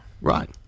right